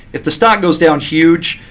if the stock goes down huge,